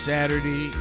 Saturday